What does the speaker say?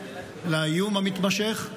לאיום המתמשך,